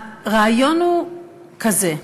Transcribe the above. הרעיון הוא כזה: